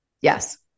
Yes